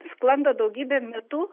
sklando daugybė mitų